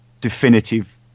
definitive